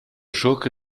schurke